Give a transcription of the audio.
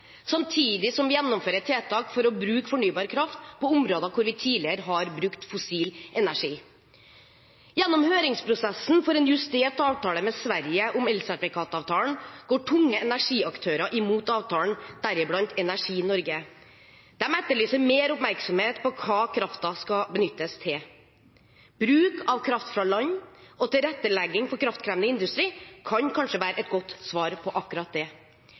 samtidig som vi gjennomfører tiltak for å bruke fornybar kraft på områder hvor vi tidligere har brukt fossil energi. Gjennom høringsprosessen for en justert avtale med Sverige om elsertifikatavtalen går tunge energiaktører imot avtalen, deriblant Energi Norge. De etterlyser mer oppmerksomhet rundt hva kraften skal benyttes til. Bruk av kraft fra land og tilrettelegging for kraftkrevende industri kan kanskje være et godt svar på akkurat det.